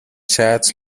chats